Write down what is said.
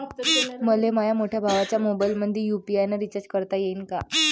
मले माह्या मोठ्या भावाच्या मोबाईलमंदी यू.पी.आय न रिचार्ज करता येईन का?